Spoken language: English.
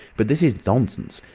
but this is nonsense.